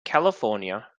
california